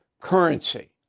currency